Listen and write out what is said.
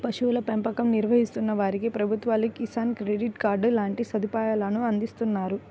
పశువుల పెంపకం నిర్వహిస్తున్న వారికి ప్రభుత్వాలు కిసాన్ క్రెడిట్ కార్డు లాంటి సదుపాయాలను అందిస్తున్నారు